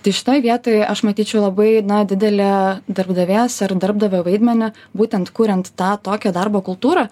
tai šitoj vietoj aš matyčiau labai na didelį darbdavės ar darbdavio vaidmenį būtent kuriant tą tokią darbo kultūrą